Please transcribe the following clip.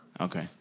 Okay